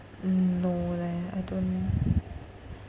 mm no leh I don't know